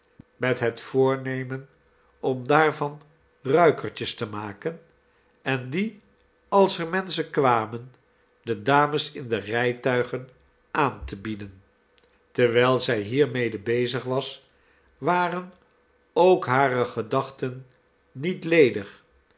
met het voornemen om daarvan ruikertjes te maken en die als er menschen kwamen de dames in de rijtuigen aan te bieden terwijl zij hiermede bezig was waren ook hare gedachten niet ledig